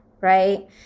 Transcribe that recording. right